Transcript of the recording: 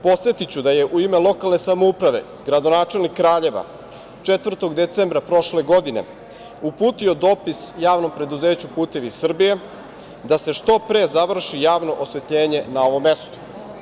Podsetiću da je u ime lokalne samouprave gradonačelnik Kraljeva 4. decembra prošle godine uputio dopis JP „Putevi Srbije“ da se što pre završi javno osvetljenje na ovom mestu.